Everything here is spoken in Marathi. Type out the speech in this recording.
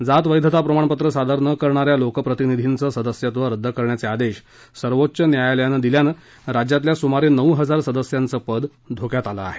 जात वैधता प्रमाणपत्र सादर न करणाऱ्या लोकप्रतिनिधींचं सदस्यत्व रद्द करण्याचे आदेश सर्वोच्च न्यायालयानं दिल्यानं राज्यातल्या सुमारे नऊ हजार सदस्यांचं पद धोक्यात आलं आहे